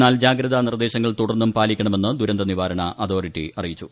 എന്നാൽ ജാഗ്രതാ നിർദ്ദേശങ്ങൾ തുടർന്നും പാലിക്കണമെന്ന് ദുരന്തനിവാരണ അതോറിറ്റി അറിയിച്ചു